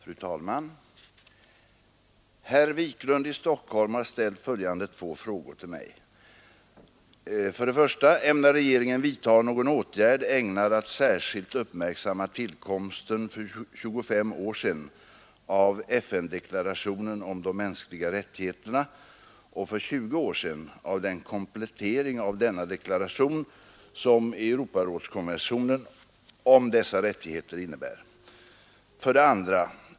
Fru talman! Herr Wiklund i Stockholm har ställt följande två frågor till mig: 1. Ämnar regeringen vidta någon åtgärd ägnad att särskilt uppmärksamma tillkomsten för 25 år sedan av FN-deklarationen om de mänskliga rättigheterna och för 20 år sedan av den komplettering av denna deklaration som Europarådskonventionen om dessa rättigheter innebär? 2.